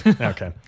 Okay